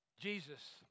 Jesus